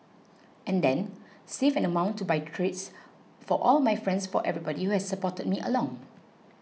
and then save an amount to buy treats for all my friends for everybody who has supported me along